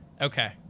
okay